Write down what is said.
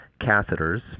catheters